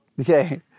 Okay